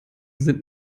sind